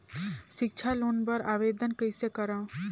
सिक्छा लोन बर आवेदन कइसे करव?